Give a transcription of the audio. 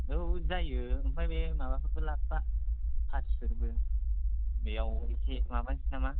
औ जायो ओमफाय बे माबाफोरबो लाबोफा फासिफोरबो बेयाव एसे माबासै नामा